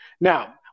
Now